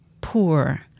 poor